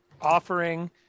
offering